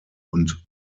und